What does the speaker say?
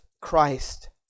Christ